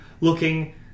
looking